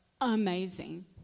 amazing